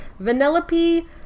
Vanellope